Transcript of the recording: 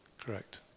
Correct